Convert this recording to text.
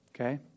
Okay